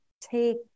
take